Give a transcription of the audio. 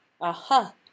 aha